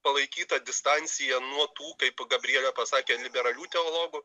palaikyta distancija nuo tų kaip gabrielė pasakė liberalių teologų